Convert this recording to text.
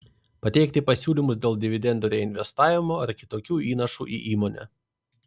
pateikti pasiūlymus dėl dividendų reinvestavimo ar kitokių įnašų į įmonę